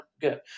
Good